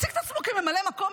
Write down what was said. מציג את עצמו כממלא מקום,